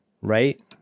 Right